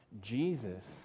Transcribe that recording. Jesus